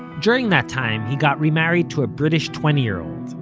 during that time he got remarried to a british twenty-year-old,